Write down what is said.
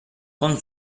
con